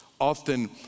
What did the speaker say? Often